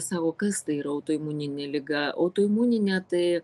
sako kas tai yra autoimuninė liga autoimuninė tai